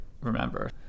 remember